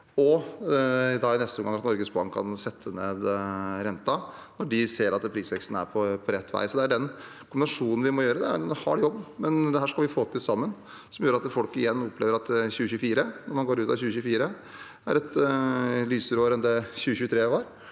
og i neste omgang at Norges Bank kan sette ned renten når de ser at prisveksten er på rett vei. Det er den kombinasjonen vi må få til. Det er en hard jobb, men dette skal vi få til sammen. Det gjør at folk vil oppleve at når man går ut av 2024, ser man at det er et lysere år enn 2023